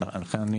לכן,